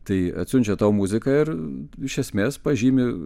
tai atsiunčia tau muziką ir iš esmės pažymi